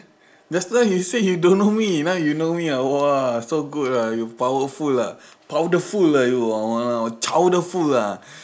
just now you say you don't know me now you know me ah !wah! so good ah you powerful lah powderful lah you ah !walao! chowderful lah